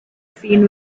scene